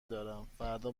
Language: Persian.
دارم، فردا